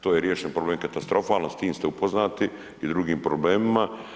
To je riješen problem katastrofalno, s tim ste upoznati i drugim problemima.